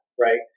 right